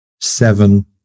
Seven